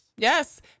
Yes